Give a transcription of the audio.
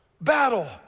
battle